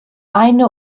eine